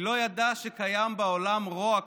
היא לא ידעה שקיים בעולם רוע כזה.